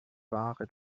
ware